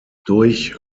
durch